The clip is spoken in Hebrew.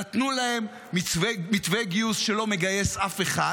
נתנו להם מתווה גיוס שלא מגייס אף אחד,